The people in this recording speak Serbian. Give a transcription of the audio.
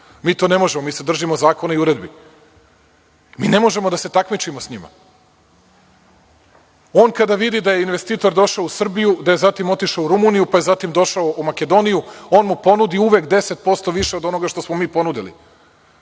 Mi to ne možemo. Mi se držimo zakona i uredbi. Mi ne možemo da se takmičimo sa njima. On kada vidi da je investitor došao u Srbiju, da je zatim otišao u Rumuniju, pa je zatim došao u Makedoniju, on mu ponudi uvek 10% više od onoga što smo mi ponudili,